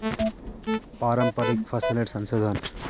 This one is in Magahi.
पारंपरिक फसलेर संशोधन